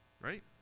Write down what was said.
right